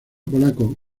polaco